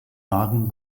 wagen